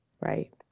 Right